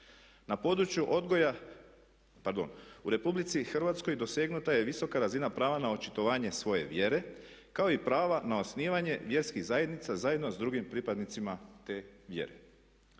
Na području odgoja, pardon, u RH dosegnuta je visoka razina prava na očitovanje svoje vjere kao i prava na osnivanje vjerskih zajednica zajedno s drugim pripadnicima te vjere.